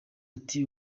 ati